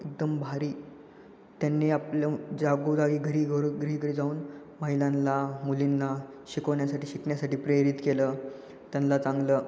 एकदम भारी त्यांनी आपलं जागोजागी घरी घरू घरी घरी जाऊन महिलांना मुलींना शिकवण्यासाठी शिकण्यासाठी प्रेरित केलं त्यांना चांगलं